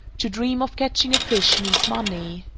to dream of catching a fish means money.